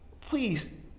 Please